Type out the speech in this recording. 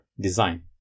design